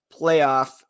playoff